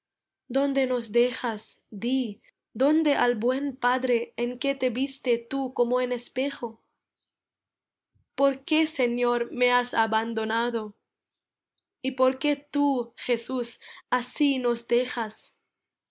donde nos dejas di donde al buen padre en que te viste tú como en espejo por qué señor me has abandonado y por qué tú jesús así nos dejas